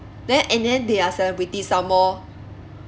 then and then they are celebrity some more